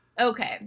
Okay